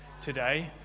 today